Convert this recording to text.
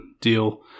deal